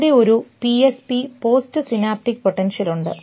അവിടെ ഒരു PSP post synaptic potential ഉണ്ട്